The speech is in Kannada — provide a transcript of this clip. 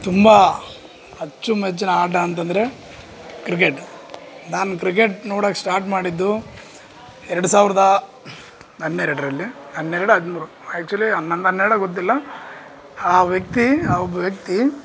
ತುಂಬ ಅಚ್ಚು ಮೆಚ್ಚಿನ ಆಟ ಅಂತಂದರೆ ಕ್ರಿಕೆಟ್ ನಾನು ಕ್ರಿಕೆಟ್ ನೋಡೋಕ್ ಸ್ಟಾರ್ಟ್ ಮಾಡಿದ್ದು ಎರಡು ಸಾವಿರದ ಹನ್ನೆರಡರಲ್ಲಿ ಹನ್ನೆರಡು ಹದಿಮೂರು ಆ್ಯಕ್ಚುವಲಿ ಹನ್ನೊಂದು ಹನ್ನೆರಡಾ ಗೊತ್ತಿಲ್ಲ ಆ ವ್ಯಕ್ತಿ ಆ ಒಬ್ಬ ವ್ಯಕ್ತಿ